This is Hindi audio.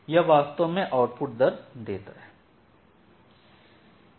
यह वास्तव में आउटपुट दर देता है